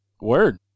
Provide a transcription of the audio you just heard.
word